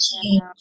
change